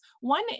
one